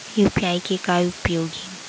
UPI के का उपयोग हे?